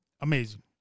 amazing